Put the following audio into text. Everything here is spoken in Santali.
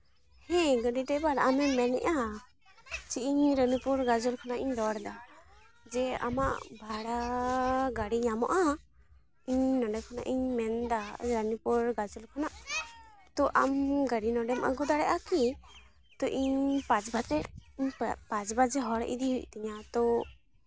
ᱦᱮᱸ ᱜᱟᱹᱰᱤ ᱰᱟᱭᱵᱷᱟᱨ ᱟᱢ ᱮᱢ ᱢᱮᱱᱮᱫᱼᱟ ᱤᱧ ᱨᱟᱱᱤᱯᱩᱨ ᱜᱟᱡᱚᱞ ᱠᱷᱚᱱᱟᱜ ᱤᱧ ᱨᱚᱲᱫᱟ ᱡᱮ ᱟᱢᱟᱜ ᱵᱷᱟᱲᱟ ᱜᱟᱹᱲᱤ ᱧᱟᱢᱚᱜᱼᱟ ᱤᱧ ᱱᱚᱰᱮ ᱠᱷᱚᱱᱟᱜ ᱤᱧ ᱢᱮᱱᱫᱟ ᱨᱟᱱᱤᱯᱩᱨ ᱜᱟᱡᱚᱞ ᱠᱷᱚᱱᱟᱜ ᱛᱚ ᱟᱢ ᱜᱟᱹᱰᱤ ᱱᱚᱰᱮᱢ ᱟᱹᱜᱩ ᱫᱟᱲᱮᱭᱟᱜᱼᱟ ᱠᱤ ᱛᱳ ᱤᱧ ᱯᱟᱸᱪ ᱵᱟᱡᱮ ᱯᱟᱸᱪ ᱵᱟᱡᱮ ᱦᱚᱲ ᱤᱫᱤ ᱦᱩᱭᱩᱜ ᱛᱤᱧᱟᱹ ᱛᱚ